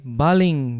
baling